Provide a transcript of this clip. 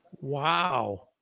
Wow